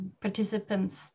participants